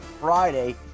Friday